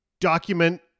document